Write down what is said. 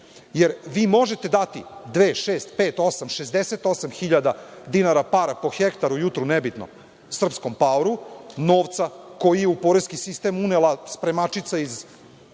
jer vi možete dati dve, šest, pet, osam, 68 hiljada dinara para po hektaru, jutru, nebitno, srpskom paoru, novca, koji je u poreski sistem unela spremačica iz